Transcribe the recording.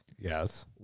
Yes